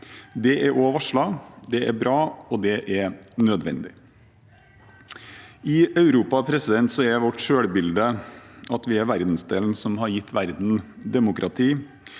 Det er òg varslet. Det er bra, og det er nødvendig. I Europa er vårt selvbilde at vi er verdensdelen som har gitt verden demokrati,